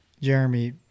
Jeremy